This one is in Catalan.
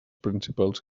principals